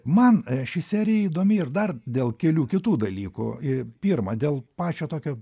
man ši serija įdomi ir dar dėl kelių kitų dalykų i pirma dėl pačio tokio